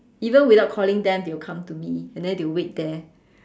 even without calling them they'll come to me and then they'll wait there